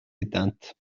éteinte